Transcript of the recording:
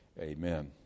Amen